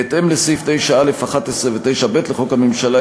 בהתאם לסעיף 9(א)(11) ו-(ב) לחוק הממשלה,